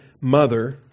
mother